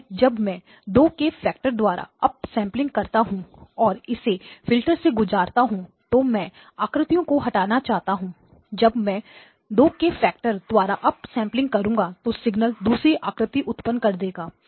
अतः जब मैं 2 के फैक्टर द्वारा अप सैंपलिंग करता हूं और इसे G फिल्टर से गुजरता हूं तो मैं आकृतियों को हटाना चाहता हूं जब मैं 2 के फैक्टर द्वारा अप सेंपलिंग करूँगा तो सिग्नल दूसरी आकृति उत्पन्न कर देगा